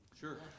sure